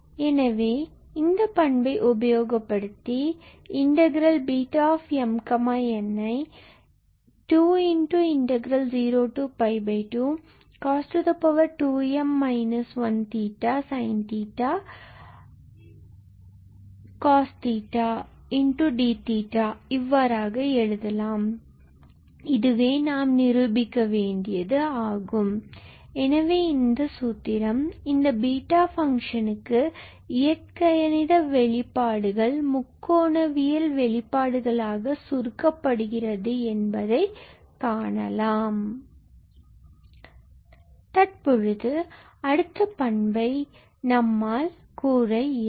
எனவே இந்த பண்பை உபயோகப்படுத்தி integral Bmn 2 02cos2m 1 sin2n 1cos𝜃sin𝜃 d இவ்வாறாக எழுதலாம் மற்றும் இதுவே நாம் நிரூபிக்க வேண்டியது ஆகும் எனவே இந்த சூத்திரம் இந்த பீட்டா ஃபங்ஷனுக்கு இயற்கணித வெளிப்பாடுகள் முக்கோணவியல் வெளிப்பாடுகளாக சுருக்க படுகிறது என்பதை காணலாம் தற்பொழுது அடுத்த பண்பை நம்மால் எழுத இயலும்